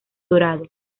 dorado